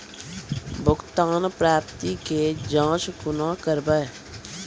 भुगतान प्राप्ति के जाँच कूना करवै?